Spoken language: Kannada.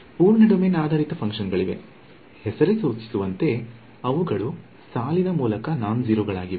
ಪೂರ್ಣ ಡೊಮೇನ್ ಆಧಾರಿತ ಫಂಕ್ಷನ್ ಗಳಿವೆ ಹೆಸರೇ ಸೂಚಿಸುವಂತೆ ಅವುಗಳು ಸಾಲಿನ ಮೂಲಕ ನಾನ್ಜೆರೋಗಳಾಗಿವೆ